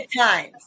times